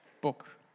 book